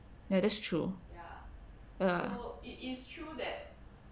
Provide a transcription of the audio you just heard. ya that's true ya